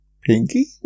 Pinky